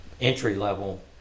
entry-level